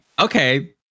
okay